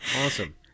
Awesome